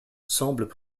semblent